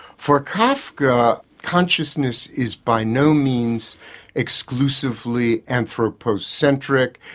for kafka consciousness is by no means exclusively anthropocentric,